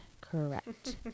Correct